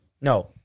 no